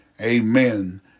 Amen